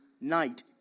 night